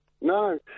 No